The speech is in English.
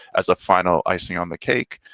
as a final icing on the cake,